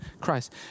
Christ